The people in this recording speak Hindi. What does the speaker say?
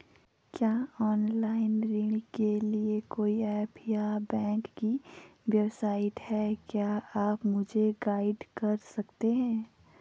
क्या ऑनलाइन ऋण के लिए कोई ऐप या बैंक की वेबसाइट है क्या आप मुझे गाइड कर सकते हैं?